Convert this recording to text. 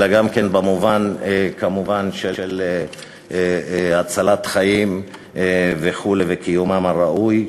אלא כמובן גם במובן של הצלת חיים וכו' וקיומם הראוי,